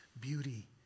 Beauty